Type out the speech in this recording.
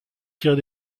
tirer